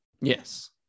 Yes